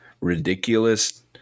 ridiculous